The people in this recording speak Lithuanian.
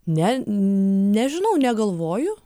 ne nežinau negalvoju